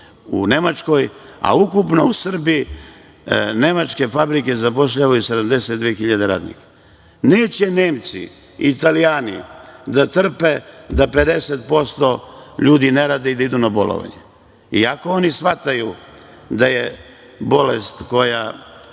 u Nemačkoj, a ukupno u Srbiji nemačke fabrike zapošljavaju 72 hiljade radnike. Neće Nemci, Italijani, da trpe da 50% ljudi ne radi i da idu na bolovanje, iako oni shvataju i da je bolest koja